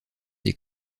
des